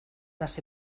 las